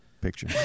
Picture